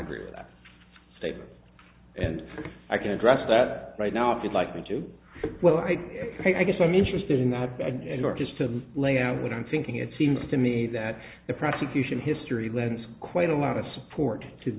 agree with that statement and i can address that right now if you'd like me to well i mean i guess i'm interested in that and mark is to lay out what i'm thinking it seems to me that the prosecution history lends quite a lot of support to